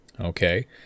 Okay